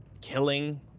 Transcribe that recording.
killing